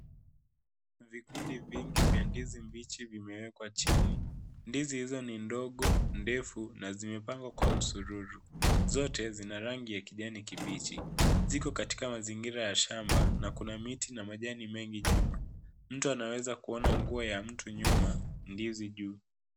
Vikundi vingi vya ndizi mbichi vimewekwa chini. Ndizi hizo ni ndogo, ndefu na zimepangwa kwa msururu. Zote zina rangi ya kijani kibichi. Ziko katika mazingira ya shamba na kuna miti na majani mengi nyuma. Mtu anaweza kuona nguo ya mtu nyuma ndizi juu.